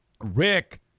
Rick